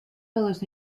todos